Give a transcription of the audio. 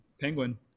penguin